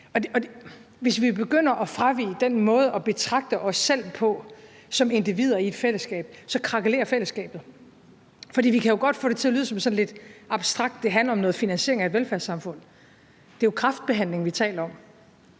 Hvis vi begynder at fravige den måde at betragte os selv på som individer i et fællesskab, krakelerer fællesskabet. For vi kan jo godt få det til at lyde som noget sådan lidt abstrakt, at det handler om noget finansiering af et velfærdssamfund, men det er jo f.eks. kræftbehandling, vi taler om.